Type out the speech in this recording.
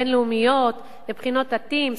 הבחינות הבין-לאומיות, לבחינות ה-TIMSS.